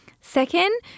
Second